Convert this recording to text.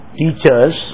teachers